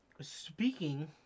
Speaking